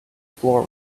floor